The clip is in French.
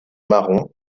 marron